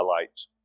highlights